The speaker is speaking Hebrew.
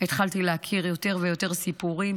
התחלתי להכיר יותר ויותר סיפורים